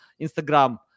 Instagram